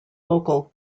local